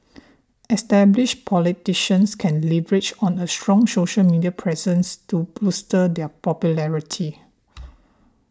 established politicians can leverage on a strong social media presence to bolster their popularity